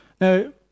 Now